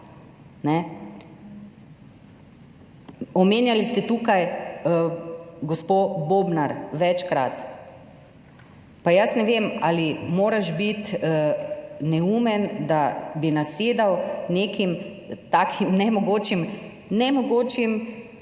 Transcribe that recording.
Omenjali ste tukaj gospo Bobnar večkrat, pa jaz ne vem ali moraš biti neumen, da bi nasedel nekim takim nemogočim zgodbicam.